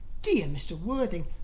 dear mr. worthing,